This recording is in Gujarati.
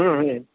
હં હં